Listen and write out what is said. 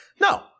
No